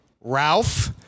Ralph